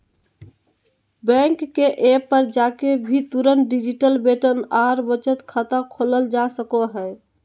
bank के app पर जाके भी तुरंत डिजिटल वेतन आर बचत खाता खोलल जा सको हय